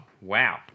wow